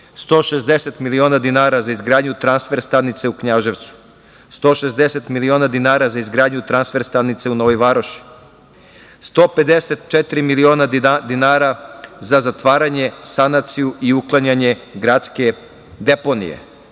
160 miliona dinara za izgradnju transfer stanice u Knjaževcu, 160 miliona dinara za izgradnju transfer stanice u Novoj Varoši, 154 miliona dinara za zatvaranje, sanaciju i uklanjanje gradske deponije,